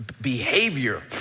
behavior